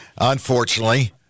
Unfortunately